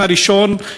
האופן הראשון,